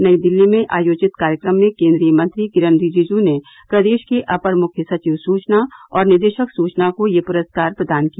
नई दिल्ली में आयोजित कार्यक्रम में केंद्रीय मंत्री किरेन रिजिजू ने प्रदेश के अपर मुख्य सचिव सूचना और निदेशक सूचना को यह पुरस्कार प्रदान किया